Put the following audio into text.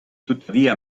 tuttavia